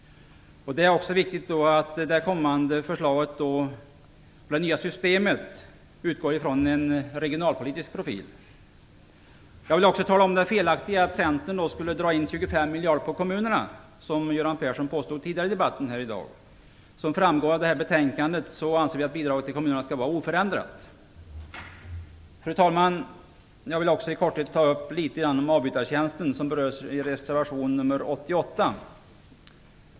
Det är viktigt att det nya systemet har en regionalpolitisk profil. Jag vill också tala om det felaktiga i att Centern skulle dra in 25 miljarder på kommunerna, som Göran Persson påstod tidigare i debatten i dag. Som framgår av detta betänkande anser vi att bidraget till kommunerna skall vara oförändrat. Fru talman! Jag vill i korthet ta upp frågan om avbytartjänsten, som berörs i reservation nr 88.